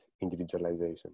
individualization